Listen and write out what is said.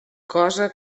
cosa